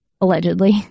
allegedly